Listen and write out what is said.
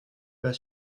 pas